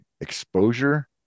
exposure